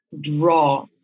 draw